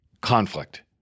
conflict